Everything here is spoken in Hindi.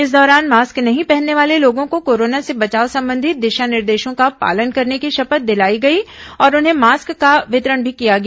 इस दौरान मास्क नहीं पहनने वाले लोगों को कोरोना से बचाव संबंधी दिशा निर्देशों का पालन करने की शपथ दिलाई गई और उन्हें मास्क का वितरण भी किया गया